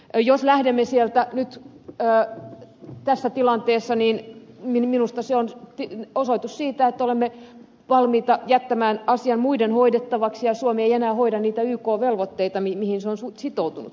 jos lähdemme sieltä nyt tässä tilanteessa niin minusta se on osoitus siitä että olemme valmiita jättämään asian muiden hoidettavaksi ja suomi ei enää hoida niitä yk velvoitteita mihin se on sitoutunut kuitenkin